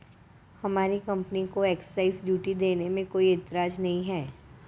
हमारी कंपनी को excise duty देने में कोई एतराज नहीं है